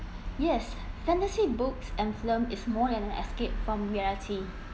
yes fantasy books and film is more than an escape from reality